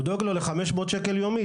הוא דואג לו לחמש מאות שקל יומית.